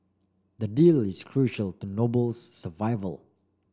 the deal is crucial to Noble's survival